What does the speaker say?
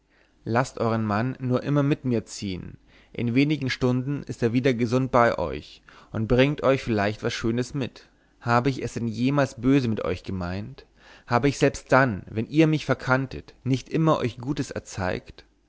laßt euern mann nur immer mit mir ziehen in wenigen stunden ist er wieder gesund bei euch und bringt euch vielleicht was schönes mit hab ich es denn jemals böse mit euch gemeint habe ich selbst dann wenn ihr mich verkanntet nicht immer euch gutes erzeigt